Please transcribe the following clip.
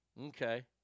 Okay